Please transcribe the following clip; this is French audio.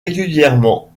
régulièrement